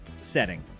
setting